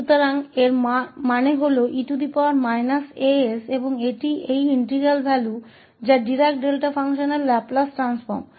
तो इसका मतलब है कि e as इस इंटीग्रल का मूल्य है जो डिराक डेल्टा फ़ंक्शन का लैपलेस ट्रांसफॉर्म है